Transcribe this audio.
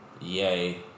Yay